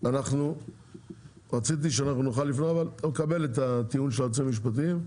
אנחנו נקבל את הטיעון של היועצים המשפטיים,